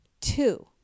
Two